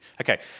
Okay